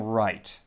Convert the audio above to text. right